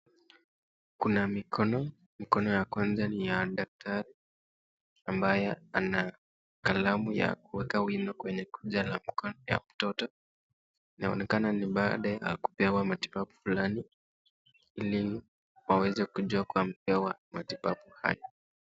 Kuna mikono, mkono wa kwanza nii ya daktari ambaye ana kalamu ya kuweka wino kwenye kucha ya mtoto inaonekana ni baada ya kupewa matibabu fulani ili waweze kujua kuwa amepewa matibabu hayo.